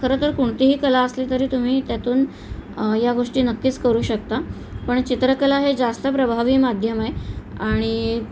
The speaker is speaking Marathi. खरं तर कोणतीही कला असली तरी तुम्ही त्यातून या गोष्टी नक्कीच करू शकता पण चित्रकला हे जास्त प्रभावी माध्यम आहे आणि